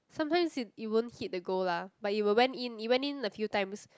sometimes it you won't hit the goal lah but it will went in it went in a few times